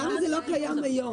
למה זה לא קיים היום?